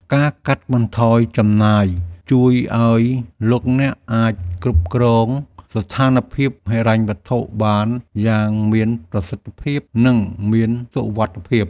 ការកាត់បន្ថយចំណាយជួយឱ្យលោកអ្នកអាចគ្រប់គ្រងស្ថានភាពហិរញ្ញវត្ថុបានយ៉ាងមានប្រសិទ្ធភាពនិងមានសុវត្ថិភាព។